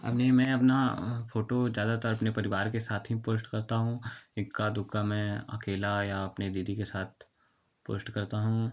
अब नहीं मैं अपना फोटो ज़्यादातर अपने परिवार के साथ ही पोस्ट करता हूँ इक्का दुक्का मैं अकेला या अपने दीदी के साथ पोस्ट करता हूँ